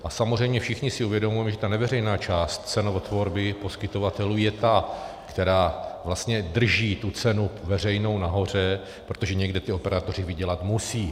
A samozřejmě všichni si uvědomujeme, že ta neveřejná část cenotvorby poskytovatelů je ta, která vlastně drží tu cenu veřejnou nahoře, protože někde ti operátoři vydělat musejí.